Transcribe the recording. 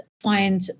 find